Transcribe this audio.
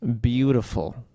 Beautiful